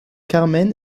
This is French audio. carmen